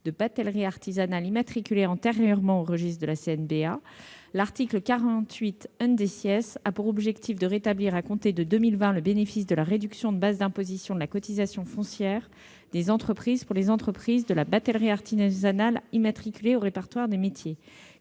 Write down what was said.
de batellerie artisanale immatriculées antérieurement au registre de la CNBA, l'article 48 a pour objet de rétablir, à compter de 2020, le bénéfice de la réduction de base d'imposition de la cotisation foncière pour les entreprises de la batellerie artisanale immatriculées au répertoire des métiers